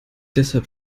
deshalb